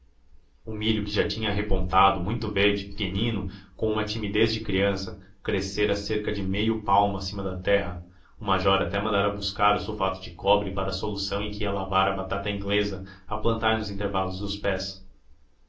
o milho que já tinha repontado muito verde pequenino com uma timidez de criança crescera cerca de meio palmo acima da terra o major até mandara buscar o sulfato de cobre para a solução em que ia lavar a batata inglesa a plantar nos intervalos dos pés